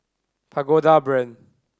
Pagoda Brand